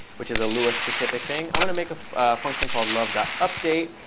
which is a lua specific thing. i want to make a function called love update.